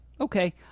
Okay